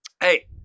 hey